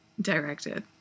directed